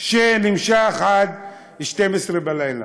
שנמשך עד 24:00,